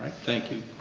thank you.